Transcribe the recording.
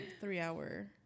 three-hour